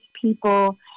people